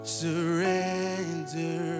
surrender